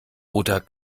oder